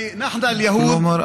כלומר,